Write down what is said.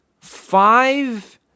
Five